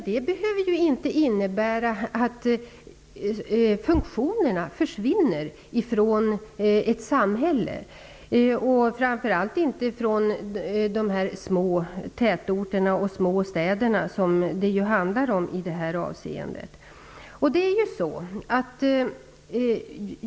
Det behöver inte innebära att funktionerna försvinner från de små tätorterna och små städerna, som det ju här handlar om.